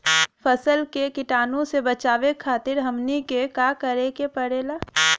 फसल के कीटाणु से बचावे खातिर हमनी के का करे के पड़ेला?